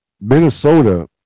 Minnesota